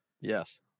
Yes